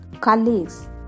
colleagues